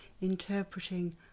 interpreting